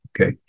Okay